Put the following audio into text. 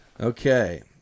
Okay